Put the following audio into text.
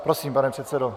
Prosím, pane předsedo.